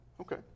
Okay